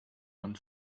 und